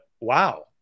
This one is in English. wow